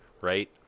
right